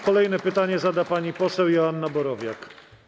Kolejne pytanie zada pani poseł Joanna Borowiak.